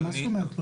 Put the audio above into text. מה זאת אומרת?